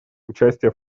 участие